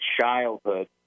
childhood